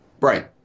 Right